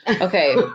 Okay